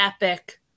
epic